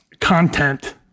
content